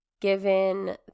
given